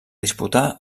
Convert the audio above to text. disputà